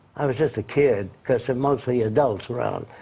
i was just a kid. because there's mostly adults around.